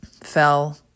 fell